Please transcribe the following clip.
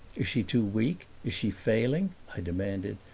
is she too weak, is she failing? i demanded,